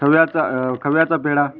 खव्याचा खव्याचा पेढा